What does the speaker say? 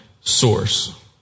source